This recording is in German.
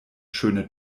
schöne